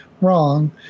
wrong